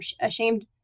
ashamed